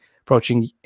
approaching